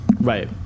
Right